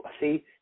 See